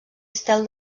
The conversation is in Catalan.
estel